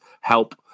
help